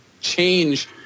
change